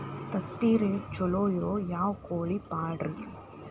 ತತ್ತಿರೇಟ್ ಛಲೋ ಇರೋ ಯಾವ್ ಕೋಳಿ ಪಾಡ್ರೇ?